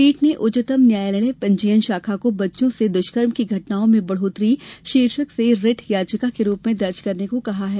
पीठ ने उच्चतम न्यायालय पंजीयन शाखा को बच्चों से दुष्कर्म की घटनाओं में बढ़ोतरी शीर्षक से रिट याचिका के रूप में दर्ज करने को कहा है